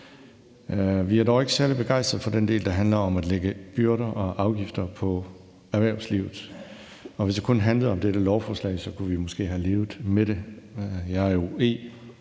Vi er dog ikke særlig begejstret for den del, der handler om at lægge byrder og afgifter på erhvervslivet. Og hvis det kun handlede om dette lovforslag, kunne vi måske have levet med det. Jeg er jo